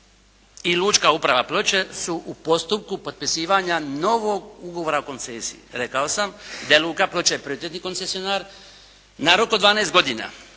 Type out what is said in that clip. i Lučka uprava Ploče su u postupku potpisivanja novog ugovora o koncesiji. Rekao sam da je Luka Ploče …/Govornik se ne razumije./… koncesionar na rok od 12 godina,